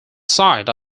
side